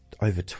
...over